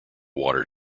water